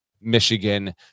Michigan